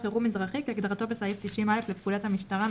או אירוע חירום אזרחי כהגדרתו בסעיף 90א לפקודת המשטרה ,